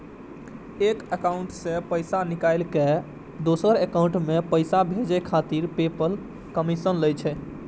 एक एकाउंट सं पैसा निकालि कें दोसर एकाउंट मे पैसा भेजै खातिर पेपल कमीशन लै छै